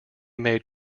made